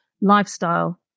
lifestyle